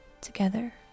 together